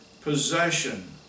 possession